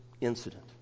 incident